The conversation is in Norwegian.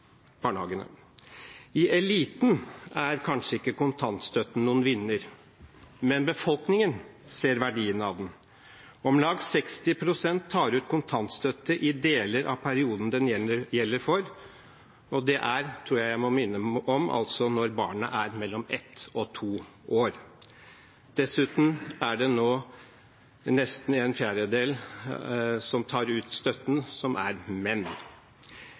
barnehagene. I eliten er kanskje ikke kontantstøtten noen vinner, men befolkningen ser verdien av den. Om lag 60 pst. tar ut kontantstøtte i deler av perioden den gjelder for, og det er altså – og det tror jeg at jeg må minne om – når barnet er mellom ett og to år. Dessuten er nå nesten en fjerdedel av dem som tar ut støtten, menn.